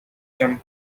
jump